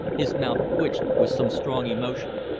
his mouth twitched with some strong emotion.